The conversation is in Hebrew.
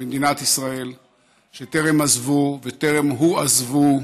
במדינת ישראל שטרם עזבו וטרם הועזבו,